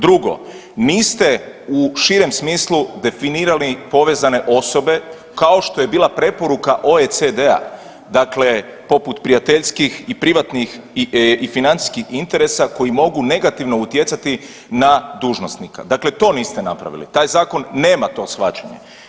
Drugo, niste u širem smislu definirali povezane osobe kao što je bila preporuka OECD-a poput prijateljskih i privatnih i financijskih interesa koji mogu negativno utjecati na dužnosnika, dakle to niste napravili, taj zakon nema to shvaćanje.